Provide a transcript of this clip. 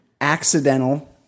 Accidental